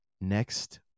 next